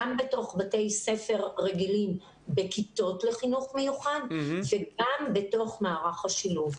בתוך בתי ספר רגילים בכיתות לחינוך מיוחד וגם בתוך מערך השילוב.